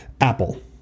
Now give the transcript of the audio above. apple